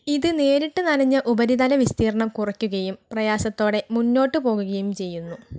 ഇത് നേരിട്ട് നനഞ്ഞ ഉപരിതല വിസ്തീർണ്ണം കുറയ്ക്കുകയും പ്രയാസത്തോടെ മുന്നോട്ട് പോകുകയും ചെയ്യുന്നു